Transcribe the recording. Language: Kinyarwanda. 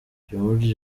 george